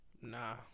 Nah